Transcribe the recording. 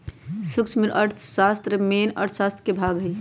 सूक्ष्म अर्थशास्त्र मेन अर्थशास्त्र के भाग हई